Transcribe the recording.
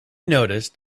noticed